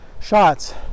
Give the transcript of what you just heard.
shots